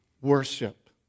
worship